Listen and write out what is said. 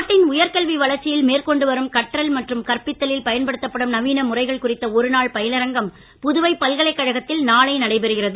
நாட்டின் உயர் கல்வி வளர்ச்சியில் மேற்கொண்டு வரும் கற்றல் மற்றும் கற்பித்தலில் பயன்படுத்தப்படும் நவீன முறைகள் குறித்த ஒருநாள் பயிலரங்கம் புதுவை பல்கலைக் கழகத்தில் நாளை நடைபெறுகிறது